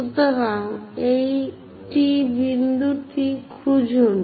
সুতরাং এই T বিন্দু টি খুঁজুন